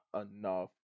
enough